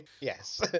Yes